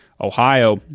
Ohio